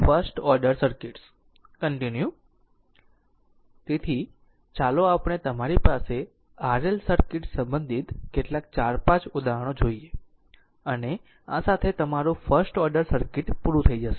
તેથી ચાલો આપણે તમારી પાસે RL સર્કિટ્સ સંબંધિત કેટલાક 4 5 ઉદાહરણો જોઈએ અને આ સાથે તમારું ફર્સ્ટ ઓર્ડર સર્કિટ પૂરું થઈ જશે